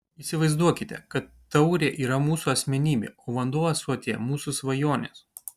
įsivaizduokite kad taurė yra mūsų asmenybė o vanduo ąsotyje mūsų svajonės